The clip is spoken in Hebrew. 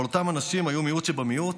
אבל אותם אנשים היו מיעוט שבמיעוט.